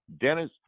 Dennis